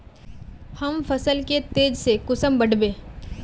हम फसल के तेज से कुंसम बढ़बे?